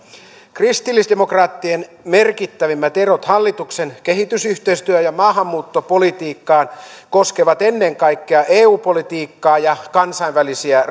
kristillisdemokraattien merkittävimmät erot hallituksen kehitysyhteistyö ja maahanmuuttopolitiikkaan koskevat ennen kaikkea eu politiikkaa ja kansainvälisiä